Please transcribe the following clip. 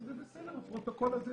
זה בסדר לפרוטוקול הזה,